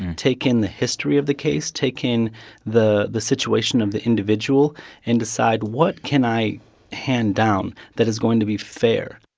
take in the history of the case, take in the the situation of the individual and decide what can i hand down that is going to be fair?